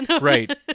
Right